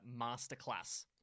Masterclass